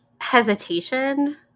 hesitation